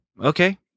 Okay